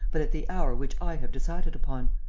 but at the hour which i have decided upon.